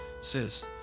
says